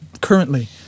currently